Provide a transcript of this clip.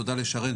תודה לשרן,